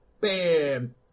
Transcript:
Bam